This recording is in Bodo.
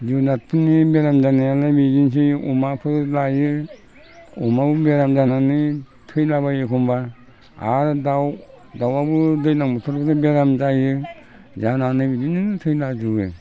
जुनारफोरनि बेराम जानायालाय बिदिनोसै अमाफोर लायो अमायाव बेराम जानानै थैलाबायो एखमबा आरो दाउ दाउवाबो दैज्लां बोथोरफोरनि बेराम जायो जानानै बिदिनो थैलां जोबो